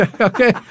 Okay